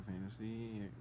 Fantasy